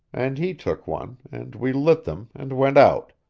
and he took one, and we lit them, and went out